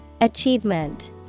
Achievement